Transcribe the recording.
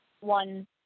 one